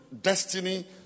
destiny